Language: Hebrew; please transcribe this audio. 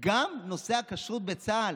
גם בנושא הכשרות בצה"ל